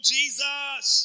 Jesus